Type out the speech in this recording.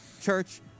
Church